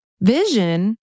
Vision